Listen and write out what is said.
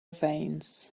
veins